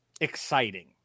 exciting